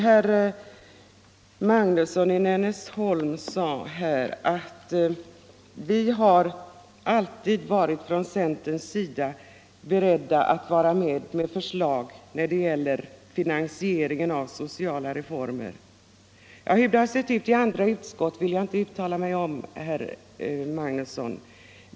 Herr Magnusson i Nennesholm sade att man från centerns sida alltid varit beredd att vara med och lägga fram förslag när det gäller finansieringen av sociala reformer. Hur det har sett ut i andra utskott vill jag inte uttala mig om, herr Magnusson.